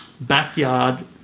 backyard